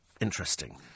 interesting